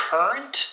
Current